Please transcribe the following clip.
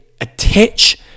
Attach